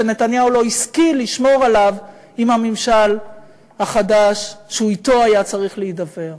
שנתניהו לא השכיל לשמור עליו עם הממשל החדש שאתו הוא היה צריך להידבר.